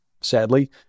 Sadly